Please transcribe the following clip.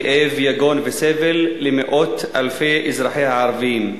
כאב, יגון וסבל למאות אלפי אזרחיה הערבים,